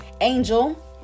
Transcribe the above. angel